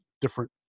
different